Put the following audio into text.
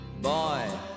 Boy